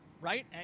right